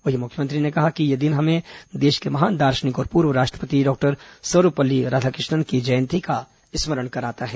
वहीं मुख्यमंत्री ने कहा कि यह दिन हमें देश के महान दार्शनिक और पूर्व राष्ट्रपति डॉक्टर सर्वपल्ली राधाकृष्णन की जयंती का स्मरण कराता है